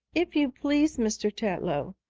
if you please, mr. tetlow,